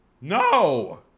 No